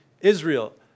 Israel